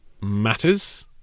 matters